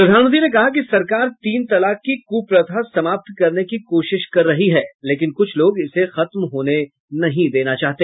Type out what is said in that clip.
प्रधानमंत्री ने कहा कि सरकार तीन तलाक की कुप्रथा समाप्त करने की कोशिश कर रही है लेकिन कुछ लोग इसे खत्म होने नहीं देना चाहते